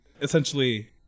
essentially